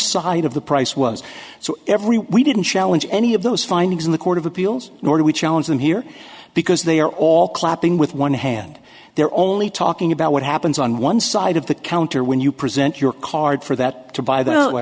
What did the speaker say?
side of the price was so every we didn't challenge any of those findings in the court of appeals nor do we challenge them here because they are all clapping with one hand they're only talking about what happens on one side of the counter when you present your card for that to buy